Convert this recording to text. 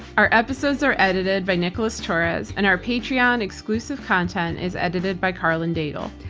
our episodes are edited by nicholas torres and our patreon exclusive content is edited by karlyn daigle.